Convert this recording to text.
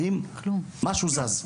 האם משהו זז,